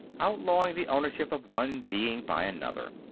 outlawing the ownership of one being by another.